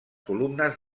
columnes